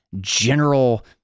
general